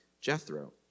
Jethro